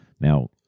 Now